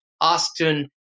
Austin